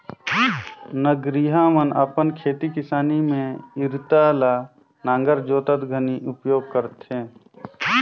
नगरिहा मन अपन खेती किसानी मे इरता ल नांगर जोतत घनी उपियोग करथे